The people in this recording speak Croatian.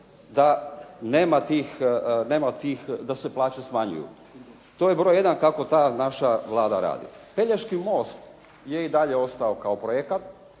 da se plaće smanjuju. To je broj jedan kako ta naša Vlada radi. Pelješki most je i dalje ostao kao projekat